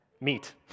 meet